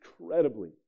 incredibly